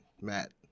Matt